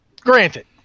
granted